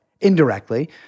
indirectly